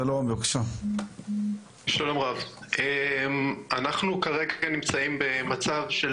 שלום רב, אנחנו כרגע נמצאים במצב של